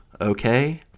okay